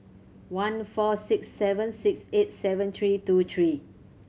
one four six seven six eight seven three two three